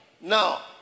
Now